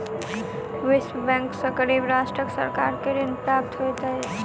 विश्व बैंक सॅ गरीब राष्ट्रक सरकार के ऋण प्राप्त होइत अछि